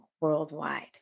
worldwide